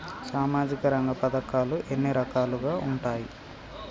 సామాజిక రంగ పథకాలు ఎన్ని రకాలుగా ఉంటాయి?